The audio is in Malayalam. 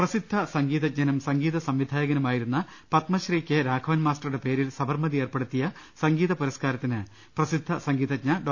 പ്രസിദ്ധ സംഗീതജ്ഞനും സംഗീതസംവിധായകനുമായിരുന്ന പത്മശ്രീ കെ രാഘവൻമാസ്റ്ററുടെ പേരിൽ സബർമതി ഏർപ്പെടു ത്തിയ സംഗീതപുരസ്കാരത്തിന് പ്രസിദ്ധ സംഗീത്ജ്ഞ ഡോ